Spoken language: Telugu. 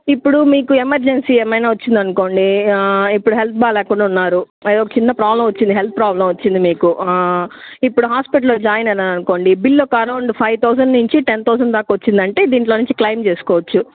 ఇప్పుడు మీకు ఎమర్జెన్సీ ఏమైనా వచ్చింది అనుకోండి ఇప్పుడు హెల్త్ బాగాలేకుండా ఉన్నారు ఏదో చిన్న ప్రాబ్లమ్ వచ్చింది హెల్త్ ప్రాబ్లమ్ వచ్చింది మీకు ఇప్పుడు హాస్పిటల్లో జాయిన్ అయ్యారు అనుకోండి బిల్ ఒక అరౌండ్ ఫైవ్ థౌజండ్ నుంచి టెన్ థౌజండ్ దాకా వచ్చింది అంటే దీంట్లో నుంచి క్లెయిమ్ చేసుకోవచ్చు